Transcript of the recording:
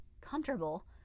comfortable